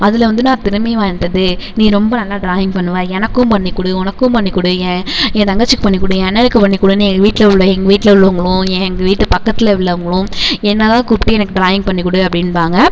அதில் வந்து நான் திறமை வாய்ந்தது நீ ரொம்ப நல்லா ட்ராயிங் பண்ணுவ எனக்கும் பண்ணிக் கொடு உனக்கும் பண்ணிக் கொடு ஏன் என் தங்கச்சிக்கு பண்ணிக் கொடு என் அண்ணனுக்கு பண்ணிக் கொடுன்னு எங்கள் வீட்டில உள்ள எங்கள் வீட்டில உள்ளவங்களும் எங்கள் வீட்டு பக்கத்தில் உள்ளவங்களும் என்னதான் கூப்பிட்டு எனக்கு ட்ராயிங் பண்ணிக் கொடு அப்படின்பாங்க